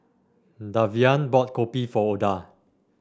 Davian bought Kopi for Oda